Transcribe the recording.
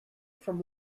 from